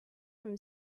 from